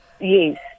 yes